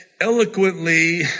eloquently